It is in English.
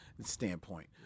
standpoint